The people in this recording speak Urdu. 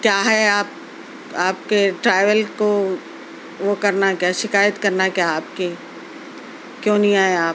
کیا ہے آپ آپ کے ٹریول کو وہ کرنا کیا شکایت کرنا کیا آپ کی کیوں نہیں آئے آپ